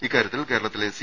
ഇക്കാര്യത്തിൽ കേരളത്തിലെ സി